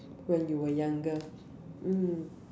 when you were younger mm